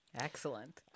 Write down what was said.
Excellent